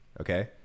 Okay